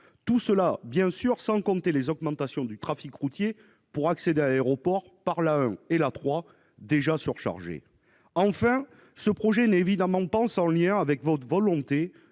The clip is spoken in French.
également inclure les augmentations de trafic routier pour accéder à l'aéroport par l'A1 et l'A3, déjà surchargées. Enfin, ce projet n'est évidemment pas sans lien avec la volonté